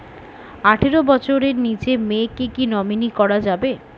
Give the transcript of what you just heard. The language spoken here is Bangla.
আঠারো বছরের নিচে মেয়েকে কী নমিনি করা যাবে?